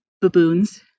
baboons